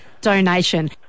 donation